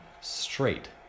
straight